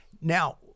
now